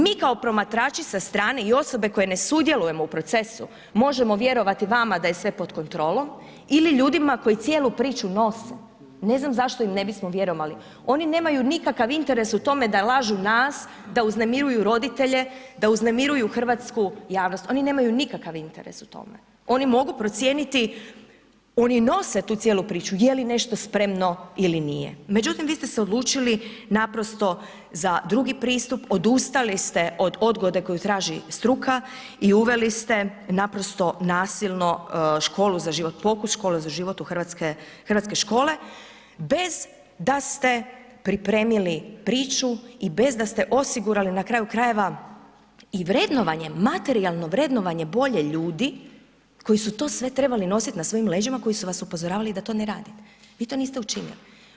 Mi kao promatrači sa strane i osobe koje ne sudjelujemo u procesu možemo vjerovati vama da je sve pod kontrolom ili ljudima koji cijelu priču nose, ne znam zašto im ne bismo vjerovali, oni nemaju nikakav interes u tome da lažu nas, da uznemiruju roditelje, da uznemiruju hrvatsku javnost, oni nemaju nikakav interes u tome, oni mogu procijeniti, oni nose tu cijelu priču, je li nešto spremno ili nije, međutim vi ste se odlučili naprosto za drugi pristup, odustali ste od odgode koju traži struka i uveli ste naprosto nasilno Školu za život, pokus Škole za život u hrvatske, hrvatske škole bez da ste pripremili priču i bez da ste osigurali na kraju krajeva i vrednovanje, materijalno vrednovanje volje ljudi koji su to sve trebali nosit na svojim leđima koji su vas upozoravali da to ne radite, vi to niste učinili.